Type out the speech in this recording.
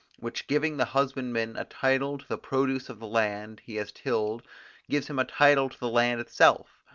which giving the husbandman a title to the produce of the land he has tilled gives him a title to the land itself,